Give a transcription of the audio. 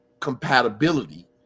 compatibility